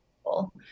people